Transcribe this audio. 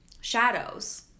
shadows